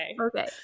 Okay